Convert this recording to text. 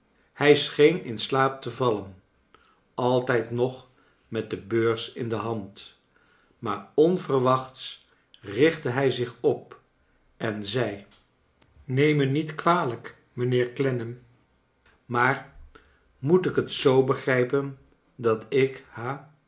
hij scheen in slaap te vallen altijd nog met de beurs in de hand maar onverwachts richtte hij zich op en zei ls t eem mij niet kwalijk mijnheer clennam maar moet ik het zoo begrijpen dat ik